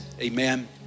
amen